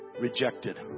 rejected